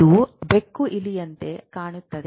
ಇದು ಬೆಕ್ಕು ಇಲಿಯಂತೆ ಕಾಣುತ್ತದೆ